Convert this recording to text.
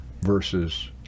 versus